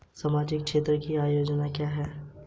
ई commerce का लक्ष्य क्या है?